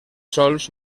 sols